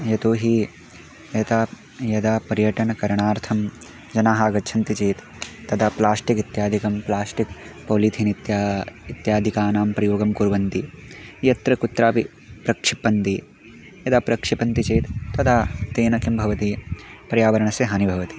यतोहि यथा यदा पर्यटनकरणार्थं जनाः आगच्छन्ति चेत् तदा प्लास्टिक् इत्यादिकं प्लास्टिक् पोलिथिन् इत्यादि इत्यादिकानां प्रयोगं कुर्वन्ति यत्र कुत्रापि प्रक्षिपन्ति यदा प्रक्षिपन्ति चेत् तदा तेन किं भवति पर्यावरणस्य हानिः भवति